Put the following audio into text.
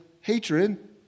hatred